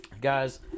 guys